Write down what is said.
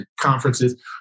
conferences